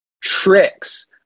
tricks